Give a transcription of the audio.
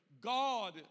God